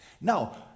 Now